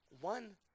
one